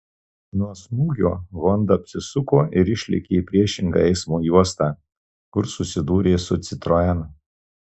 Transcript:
nuo smūgio honda apsisuko ir išlėkė į priešingą eismo juostą kur susidūrė su citroen